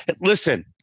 Listen